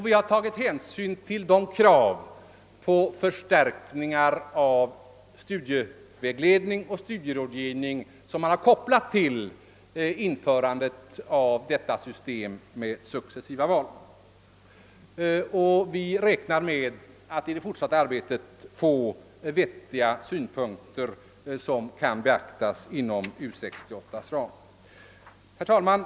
Vi har tagit hänsyn till de krav på förstärkningar av studievägledning och studierådgivning som man kopplat till införandet av detta system med successiva val. Vi räknar med att vid det fortsatta arbetet få fram vettiga synpunkter som kan beaktas inom ramen för U 68. Herr talman!